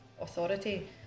authority